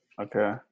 Okay